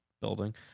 building